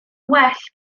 well